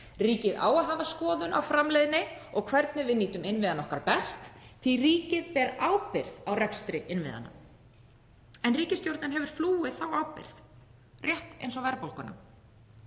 Ríkið á að hafa skoðun á framleiðni og hvernig við nýtum innviðina okkar best því að ríkið ber ábyrgð á rekstri innviðanna. En ríkisstjórnin hefur flúið þá ábyrgð rétt eins og verðbólguna.